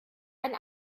ein